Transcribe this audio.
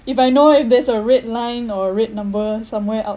if I know if there's a red line or a red number somewhere out